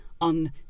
on